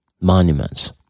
Monuments